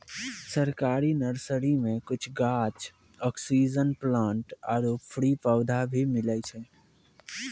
सरकारी नर्सरी मॅ कुछ गाछ, ऑक्सीजन प्लांट आरो फ्री पौधा भी मिलै छै